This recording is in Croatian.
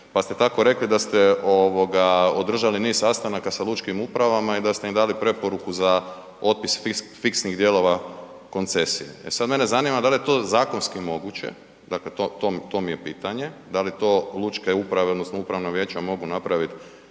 pa ste tako rekli da ste održali niz sastanaka sa lučkim upravama i da ste im dali preporuku za otpis fiksnih dijelova koncesije. E sad, mene zanima da li je to zakonski moguće, dakle to mi je pitanje, da li to lučke uprave odnosno upravna vijeća mogu napraviti